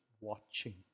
watching